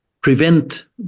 prevent